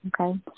okay